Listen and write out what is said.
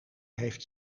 heeft